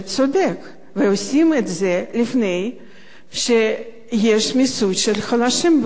ולפני שיש מיסוי של חלשים במדינה שלנו.